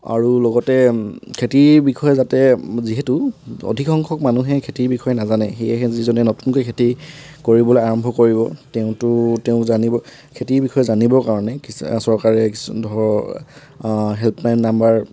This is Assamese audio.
আৰু লগতে খেতিৰ বিষয়ে যাতে যিহেতু অধিকাংশ মানুহেই খেতিৰ বিষয়ে নাজানে সেয়েহে যিজনে নতুনকৈ খেতি কৰিবলৈ আৰম্ভ কৰিব তেওঁতো তেওঁ জানিব খেতিৰ বিষয়ে জানিবৰ কাৰণে কি চৰকাৰে ধৰক হেল্পলাইন নম্বৰ